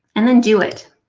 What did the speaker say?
and then do it.